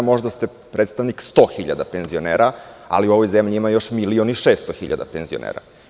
Možda ste predstavnik sto hiljada penzionera, ali u ovoj zemlji ima još milion i šesto hiljada penzionera.